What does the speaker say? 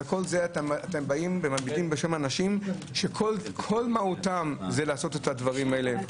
על כל זה אתם באים בשם אנשים שכל מהותם לעשות את הדברים האלה.